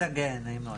המרכז הגאה, נעים מאוד.